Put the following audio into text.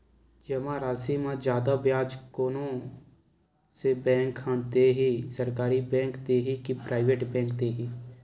जमा राशि म जादा ब्याज कोन से बैंक ह दे ही, सरकारी बैंक दे हि कि प्राइवेट बैंक देहि?